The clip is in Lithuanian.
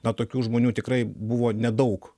na tokių žmonių tikrai buvo nedaug